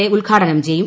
A ഉദ്ഘാടനം ചെയ്യും